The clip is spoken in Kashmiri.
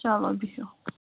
چلو بِہِو